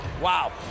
Wow